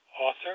author